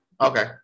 Okay